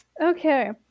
Okay